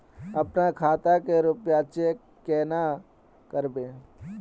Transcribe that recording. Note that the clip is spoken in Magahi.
अपना खाता के रुपया चेक केना करबे?